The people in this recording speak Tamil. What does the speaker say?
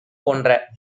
போன்ற